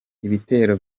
ibitero